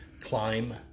climb